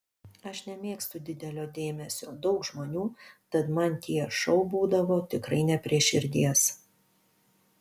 aš nemėgstu didelio dėmesio daug žmonių tad man tie šou būdavo tikrai ne prie širdies